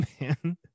man